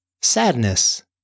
sadness